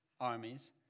armies